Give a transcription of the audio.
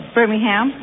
Birmingham